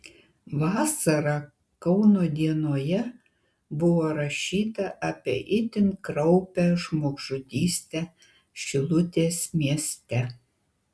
vasarą kauno dienoje buvo rašyta apie itin kraupią žmogžudystę šilutės mieste